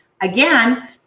again